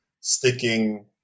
sticking